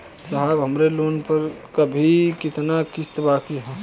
साहब हमरे लोन पर अभी कितना किस्त बाकी ह?